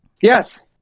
Yes